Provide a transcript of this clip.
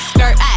Skirt